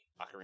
ocarina